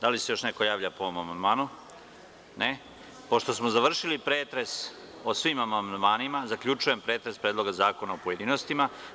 Da li se još neko javlja po ovom amandmanu? (Ne) Pošto smo završili pretres o svim amandmanima, zaključujem pretres Predloga zakona u pojedinostima.